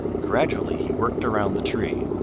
gradually he worked around the tree.